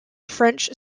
french